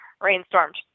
rainstorms